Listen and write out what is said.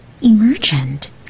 emergent